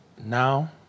now